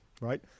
right